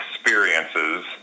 experiences